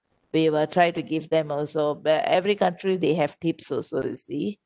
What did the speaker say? we will try to give them also but every country they have tips also you see